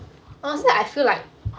honestly I feel like